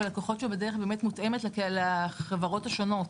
אבל הכוחות שבדרך באמת מותאמת לחברות השונות.